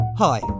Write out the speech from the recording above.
Hi